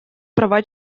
права